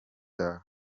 yawe